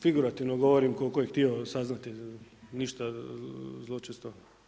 Figurativno govorim koliko je htio saznati, ništa zločesto.